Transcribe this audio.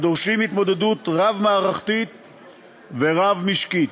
הדורשים התמודדות רב-מערכתית ורב-ממשקית.